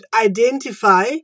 identify